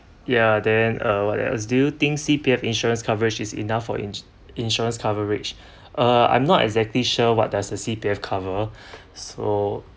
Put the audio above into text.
ya then uh what else do you think C_P_F insurance coverage is enough for in~ insurance coverage err I'm not exactly sure what does a C_P_F cover so